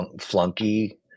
flunky